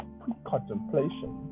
pre-contemplation